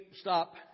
stop